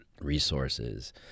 resources